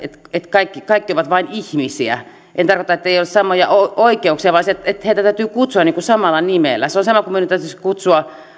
kaikki kaikki ovat vain ihmisiä en tarkoita ettei olisi samoja oikeuksia vaan sitä että heitä täytyy kutsua niin kuin samalla nimellä se on sama kuin minun täytyisi kutsua